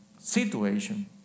situation